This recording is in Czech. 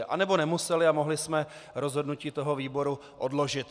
Anebo nemuseli a mohli jsme rozhodnutí toho výboru odložit.